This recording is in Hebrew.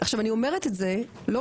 עכשיו אני אומרת את זה לא,